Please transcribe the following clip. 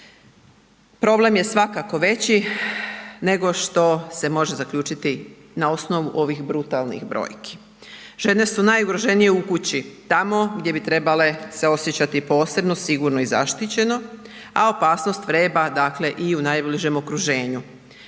Problem je svakako veći nego što se može zaključiti na osnovu ovih brutalnih brojki. Žene su najugroženije u kući, tamo gdje bi trebale se osjećati posebno sigurno i zaštićeno, a opasnost vreba dakle i u najbližem okruženju.